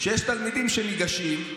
יש תלמידים שניגשים,